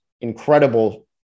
incredible